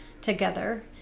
together